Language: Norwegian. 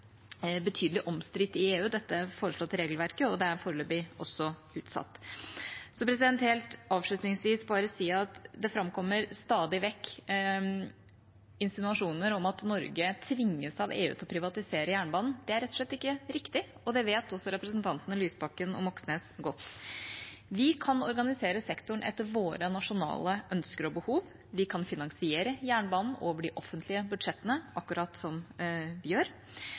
betydelig omstridt i EU, og det er foreløpig også utsatt. Helt avslutningsvis vil jeg bare si at det framkommer stadig vekk insinuasjoner om at Norge tvinges av EU til å privatisere jernbanen. Det er rett og slett ikke riktig, og det vet også representantene Lysbakken og Moxnes godt. Vi kan organisere sektoren etter våre nasjonale ønsker og behov. Vi kan finansiere jernbanen over de offentlige budsjettene, akkurat som vi gjør.